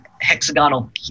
hexagonal